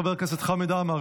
חבר הכנסת חמד עמאר,